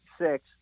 six